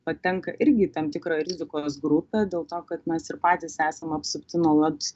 patenka irgi į tam tikrą rizikos grupę dėl to kad mes ir patys esam apsupti nuolat